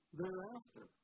thereafter